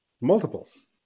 Multiples